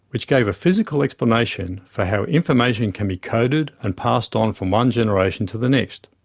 which gave a physical explanation for how information can be coded and passed on from one generation to the next.